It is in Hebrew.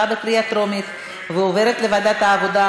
לוועדת העבודה,